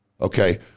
okay